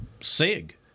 Sig